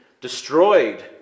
destroyed